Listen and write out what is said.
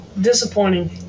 disappointing